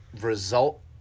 result